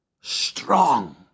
strong